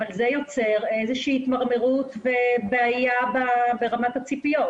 אבל זה יוצר איזו שהיא התמרמרות ובעיה ברמת הציפיות,